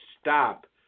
stop